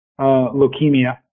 leukemia